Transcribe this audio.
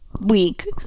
week